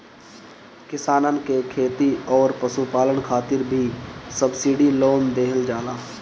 किसानन के खेती अउरी पशुपालन खातिर भी सब्सिडी लोन देहल जाला